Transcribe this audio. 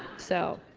so,